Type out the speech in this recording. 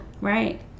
Right